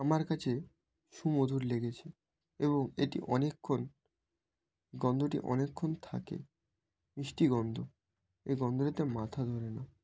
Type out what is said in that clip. আমার কাছে সুমধুর লেগেছে এবং এটি অনেকক্ষণ গন্ধটি অনেকক্ষণ থাকে মিষ্টি গন্ধ এই গন্ধটাতে মাথা ধরে না